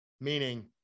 meaning